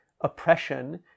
oppression